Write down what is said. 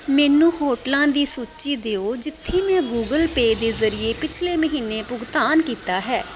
ਮੈਨੂੰ ਹੋਟਲਾਂ ਦੀ ਸੂਚੀ ਦਿਓ ਜਿੱਥੇ ਮੈਂ ਗੁਗਲ ਪੇਅ ਦੇ ਜ਼ਰੀਏ ਪਿਛਲੇ ਮਹੀਨੇ ਭੁਗਤਾਨ ਕੀਤਾ ਹੈ